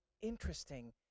interesting